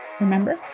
remember